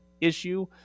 issue